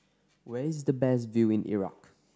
where is the best view in Iraq